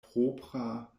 propra